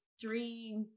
three